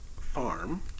Farm